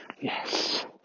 Yes